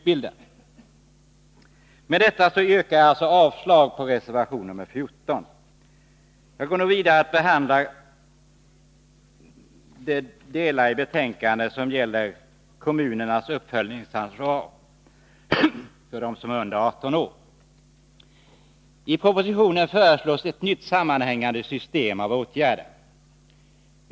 Jag går nu vidare till att behandla de delar av betänkandet som gäller kommunernas uppföljningsansvar avseende dem som är under 18 år. I propositionen föreslås ett nytt sammanhängande system av åtgärder.